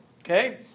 Okay